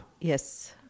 Yes